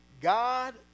God